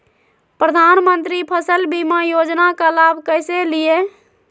प्रधानमंत्री फसल बीमा योजना का लाभ कैसे लिये?